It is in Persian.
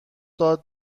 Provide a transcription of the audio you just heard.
داد